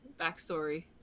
backstory